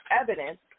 evidence